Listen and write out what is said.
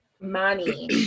Money